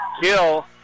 kill